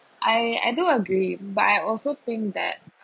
I I do agree but I also think that